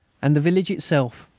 and the village itself,